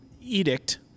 edict